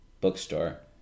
Bookstore